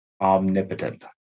omnipotent